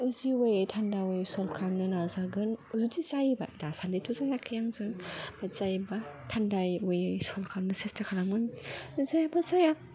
easy वेयै थान्दा वेयै स'ल्ब खालामनो नाजागोन जुदि जायोबा दासानदि थ' जायाखै आंजों जायोबा थान्दा वेयै स'ल्ब खालामनो सेसथा खालामगोन जायाबा जाया